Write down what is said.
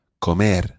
Comer